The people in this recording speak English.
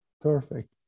Perfect